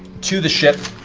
to the ship.